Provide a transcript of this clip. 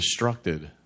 destructed